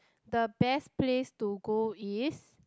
the best place to go is